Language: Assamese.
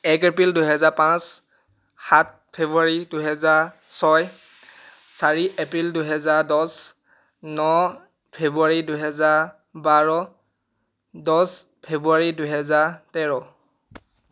এক এপ্ৰিল দুহেজাৰ পাঁচ সাত ফেব্ৰুৱাৰী দুহেজাৰ ছয় চাৰি এপ্ৰিল দুহেজাৰ দছ ন ফেব্ৰুৱাৰী দুহেজাৰ বাৰ দছ ফেব্ৰুৱাৰী দুহেজাৰ তেৰ